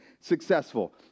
successful